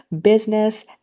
business